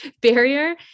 barrier